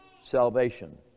Salvation